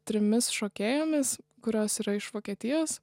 trimis šokėjomis kurios yra iš vokietijos